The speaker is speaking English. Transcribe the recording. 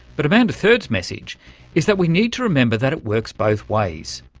but amanda third's message is that we need to remember that it works both ways.